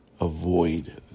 avoid